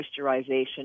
moisturization